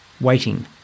waiting